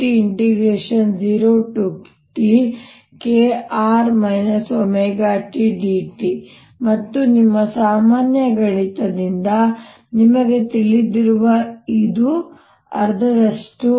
r ωtdt ಮತ್ತು ನಿಮ್ಮ ಸಾಮಾನ್ಯ ಗಣಿತದಿಂದ ನಿಮಗೆ ತಿಳಿದಿರುವ ಇದು ಅರ್ಧದಷ್ಟು